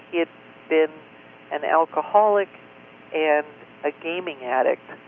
he had been an alcoholic and a gaming addict.